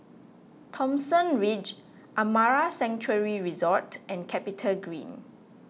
Thomson Ridge Amara Sanctuary Resort and CapitaGreen